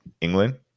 england